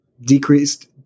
decreased